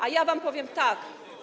A ja wam powiem tak.